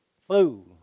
Fool